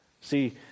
See